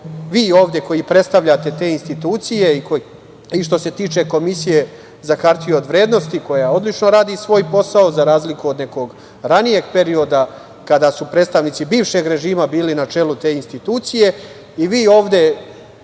Vi ovde koji predstavljate te institucije i što se tiče Komisije za hartije od vrednosti, koja odlično radi svoj posao, za razliku od nekog ranijeg perioda, kada su predstavnici bivšeg režima bili na čelu te institucije, i vi ovde